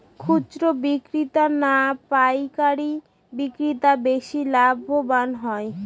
খুচরো বিক্রেতা না পাইকারী বিক্রেতারা বেশি লাভবান হয়?